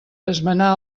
esmenar